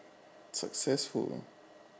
successful